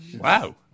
Wow